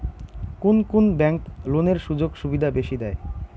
কুন কুন ব্যাংক লোনের সুযোগ সুবিধা বেশি দেয়?